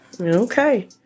Okay